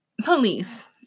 police